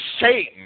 Satan